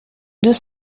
deux